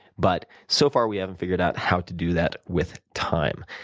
but, so far, we haven't figured out how to do that with time.